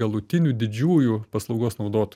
galutinių didžiųjų paslaugos naudotojų